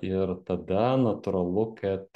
ir tada natūralu kad